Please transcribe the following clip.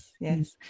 Yes